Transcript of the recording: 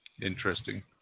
interesting